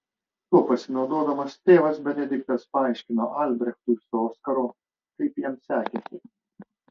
tuo pasinaudodamas tėvas benediktas paaiškino albrechtui su oskaru kaip jam sekėsi